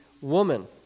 woman